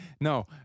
No